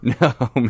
no